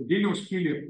vilniaus pilį